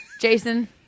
Jason